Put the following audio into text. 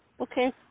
Okay